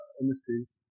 Industries